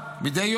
מדי יום,